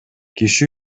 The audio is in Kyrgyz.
киши